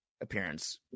appearance